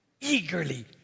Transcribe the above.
eagerly